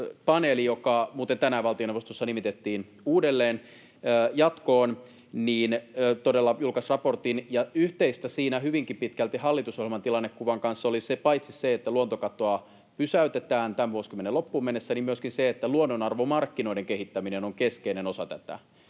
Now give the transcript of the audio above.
Luontopaneeli, joka muuten tänään valtioneuvostossa nimitettiin uudelleen jatkoon, julkaisi raportin. Yhteistä siinä hyvinkin pitkälti hallitusohjelman tilannekuvan kanssa oli paitsi se, että luontokatoa pysäytetään tämän vuosikymmenen loppuun mennessä, myöskin se, että luonnonarvomarkkinoiden kehittäminen on keskeinen osa tätä.